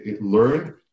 learn